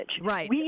Right